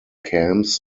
camps